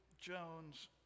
Jones